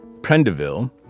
Prendeville